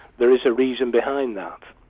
there is a reason behind that.